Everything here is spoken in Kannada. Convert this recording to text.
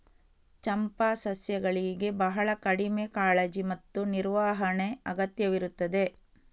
ಚಂಪಾ ಸಸ್ಯಗಳಿಗೆ ಬಹಳ ಕಡಿಮೆ ಕಾಳಜಿ ಮತ್ತು ನಿರ್ವಹಣೆ ಅಗತ್ಯವಿರುತ್ತದೆ